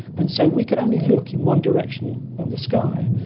and so we could only look in one direction on the sky,